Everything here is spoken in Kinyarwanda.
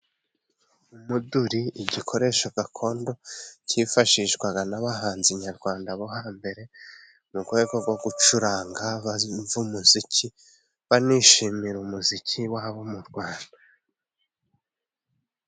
Umuduri, igikoresho gakondo cyifashishwaga n'abahanzi nyarwanda bo hambere, mu rwego rwo gucuranga bumva umuziki, banishmira umuziki wabo mu Rwanda.